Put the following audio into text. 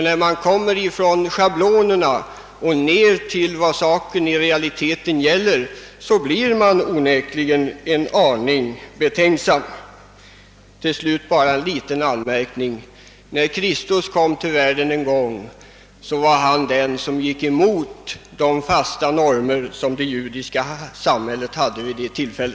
När man kommer bort från schablonerna och fram till vad saken i realiteten gäller blir man onekligen en aning betänksam. Till slut bara en liten anmärkning: När Kristus en gång befann sig på jorden gick han emot de fasta normer som det judiska samhället då hade.